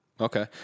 Okay